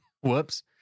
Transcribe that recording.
Whoops